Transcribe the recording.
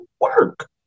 work